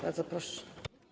Bardzo proszę.